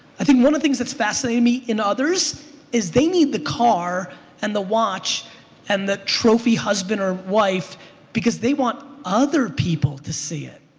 i think one of the things that fascinating me in others is they need the car and the watch and the trophy husband or wife because they want other people to see it.